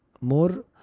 more